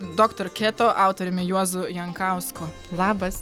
doktor keto autoriumi juozu jankausku labas